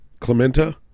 Clementa